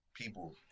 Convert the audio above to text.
people